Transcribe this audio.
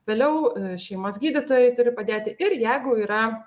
vėliau šeimos gydytojai turi padėti ir jeigu yra